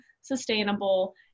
sustainable